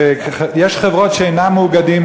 ויש חברות שאינן מאוגדות,